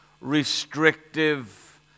restrictive